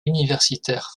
universitaire